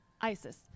Isis